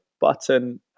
button